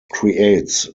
creates